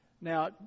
Now